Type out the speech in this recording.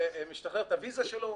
משחרר את הוויזה שלו,